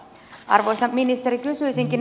arvoisa ministeri kysyisinkin